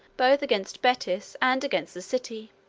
both against betis and against the city.